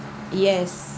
yes